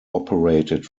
operated